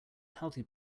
healthy